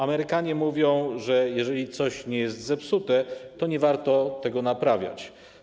Amerykanie mówią, że jeżeli coś nie jest zepsute, to nie warto tego naprawiać.